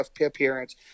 appearance